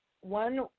one